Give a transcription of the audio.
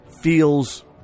feels